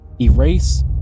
erase